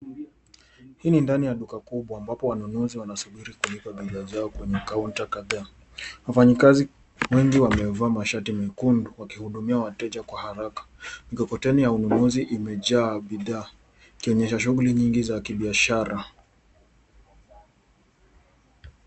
Hii ni ndani ya duka kubwa ambapo wanunuzi wanasubiri kulipa bidhaa zao kwenye counter kadhaa. Wafanyikazi wengi wamevaa mashati mekundu wakihudumia wateja kwa haraka. Mikokoteni ya ununuzi imejaa bidhaa, ikionyesha shughuli nyingi za kibiashara.